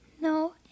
No